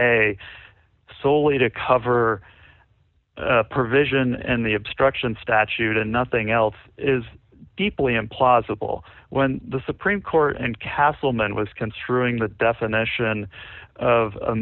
a soley to cover provision and the obstruction statute and nothing else is deeply implausible when the supreme court and castleman was construing the definition of a